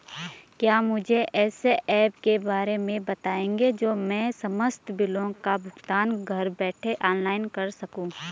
क्या मुझे ऐसे ऐप के बारे में बताएँगे जो मैं समस्त बिलों का भुगतान घर बैठे ऑनलाइन कर सकूँ?